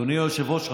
אדוני היושב-ראש,